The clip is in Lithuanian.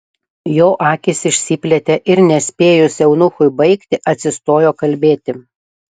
jo akys išsiplėtė ir nespėjus eunuchui baigti atsistojo kalbėti